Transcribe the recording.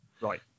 Right